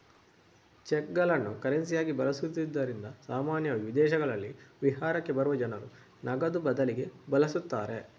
ಚೆಕ್ಗಳನ್ನು ಕರೆನ್ಸಿಯಾಗಿ ಬಳಸುತ್ತಿದ್ದುದರಿಂದ ಸಾಮಾನ್ಯವಾಗಿ ವಿದೇಶಗಳಲ್ಲಿ ವಿಹಾರಕ್ಕೆ ಬರುವ ಜನರು ನಗದು ಬದಲಿಗೆ ಬಳಸುತ್ತಾರೆ